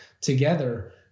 together